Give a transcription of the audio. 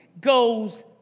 goes